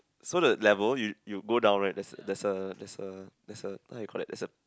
so the level you you go down right there's a there's a there's a there's a what you call that there's a